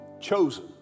chosen